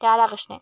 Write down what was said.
Radhakrishnan